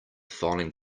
filing